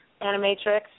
Animatrix